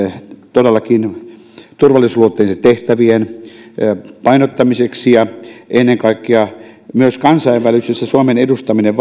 todellakin turvallisuusluonteisten tehtävien painottamiseksi ja ennen kaikkea myös kansainvälisyys ja suomen vahva edustaminen